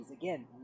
again